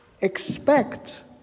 expect